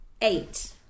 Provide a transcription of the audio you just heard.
eight